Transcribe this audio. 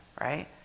right